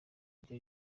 iryo